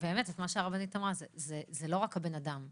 באמת את מה שהרבנית אמרה: זה לא רק בן האדם.